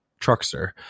truckster